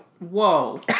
whoa